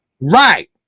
Right